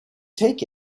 take